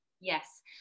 Yes